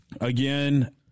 again